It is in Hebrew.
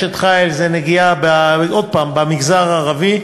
"אשת חיל" זה נגיעה, עוד פעם, במגזר הערבי